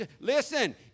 listen